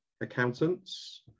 accountants